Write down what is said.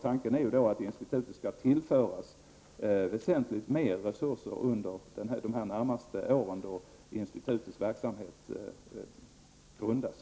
Tanken är att institutet skall tillföras väsentligt mera resurser under de närmaste åren, när institutets verksamhet grundas.